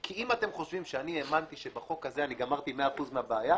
כי אם אתם חושבים שאני האמנתי שבחוק הזה אני גמרתי מאה אחוז מהבעיה,